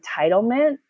entitlement